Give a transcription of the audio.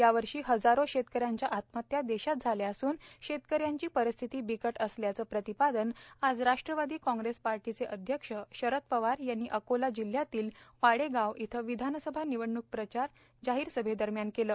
यावर्षी हजारो शेतकऱ्यांच्या आत्महत्या देशात झाल्या असून शेतकऱ्यांची परिस्थिती बिकट असल्याचं प्रतिपादन आज राष्ट्रवादी काँग्रेस पार्टीचे अध्यक्ष शरद पवार यांनी अकोला जिल्ह्यातील वाडेगाव इथं विधानसभा निवडणुक प्रचार जाहीर सभेदरम्यान केले